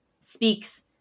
speaks